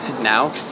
now